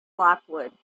lockwood